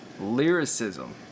Lyricism